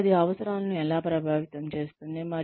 మరియు అది అవసరాలను ఎలా ప్రభావితం చేస్తుంది